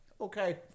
okay